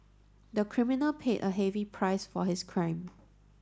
the criminal paid a heavy price for his crime